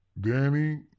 Danny